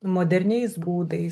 moderniais būdais